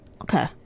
Okay